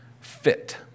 fit